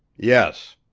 yes.